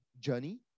journey